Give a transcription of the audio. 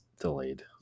delayed